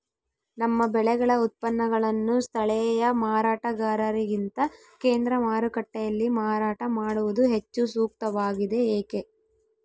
ನಮ್ಮ ಬೆಳೆಗಳ ಉತ್ಪನ್ನಗಳನ್ನು ಸ್ಥಳೇಯ ಮಾರಾಟಗಾರರಿಗಿಂತ ಕೇಂದ್ರ ಮಾರುಕಟ್ಟೆಯಲ್ಲಿ ಮಾರಾಟ ಮಾಡುವುದು ಹೆಚ್ಚು ಸೂಕ್ತವಾಗಿದೆ, ಏಕೆ?